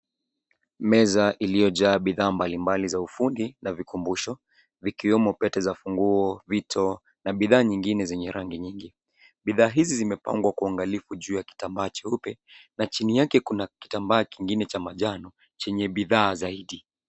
Meza iliyojaa bidhaa mbalimbali za ufundi na vikumbusho vikiwemo pete za funguo, vito na bidhaa nyingine zenye rangi nyingi. Bidhaa hizi zimepangwa kuangaliko juu ya kitambaa cheupe na chini yake kuna kitambaa kingine cha majano chenye bidhaa zaidi.